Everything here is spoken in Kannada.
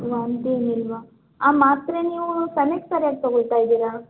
ವಾಂತಿ ಏನಿಲ್ಲವಾ ಆ ಮಾತ್ರೆ ನೀವು ಸಮಯಕ್ಕೆ ಸರ್ಯಾಗಿ ತಗೊಳ್ತಾ ಇದ್ದೀರಾ